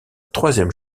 troisième